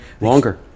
longer